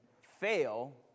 fail